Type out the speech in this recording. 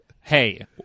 Hey